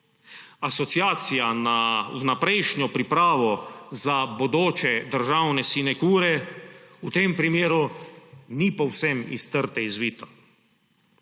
Asociacija na vnaprejšnjo pripravo za bodoče državne sinekure v tem primeru ni povsem iz trte izvito.